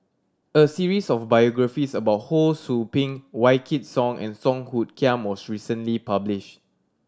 a series of biographies about Ho Sou Ping Wykidd Song and Song Hoot Kiam was recently published